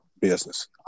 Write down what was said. business